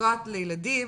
ובפרט לילדים,